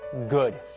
good.